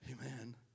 Amen